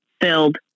Filled